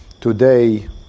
today